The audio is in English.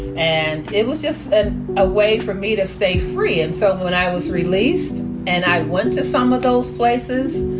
and it was just and a way for me to stay free. and so when i was released and i went to some of those places,